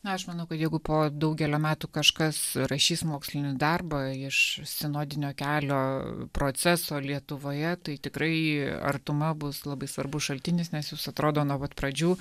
na aš manau kad jeigu po daugelio metų kažkas rašys mokslinį darbą iš sinodinio kelio proceso lietuvoje tai tikrai artuma bus labai svarbus šaltinis nes jūs atrodo nuo pat pradžių